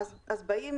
אז באים